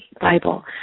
Bible